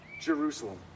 Jerusalem